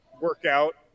workout